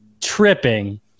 tripping